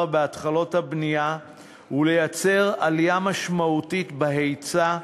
בהתחלות הבנייה ולייצר עלייה משמעותית בהיצע,